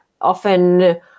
often